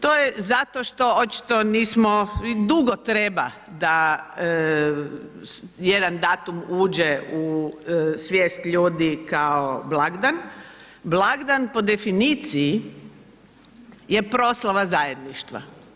To je zato što očito nismo, dugo treba da jedan datum uđe u svijest ljudi kao blagdan, blagdan po definiciji je proslava zajedništva.